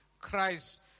Christ